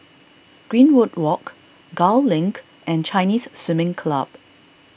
Greenwood Walk Gul Link and Chinese Swimming Club